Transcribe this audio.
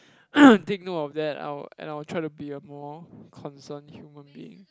take note of I will and I will try to be a more concern human being